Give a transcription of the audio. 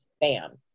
Bam